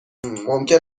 ممکن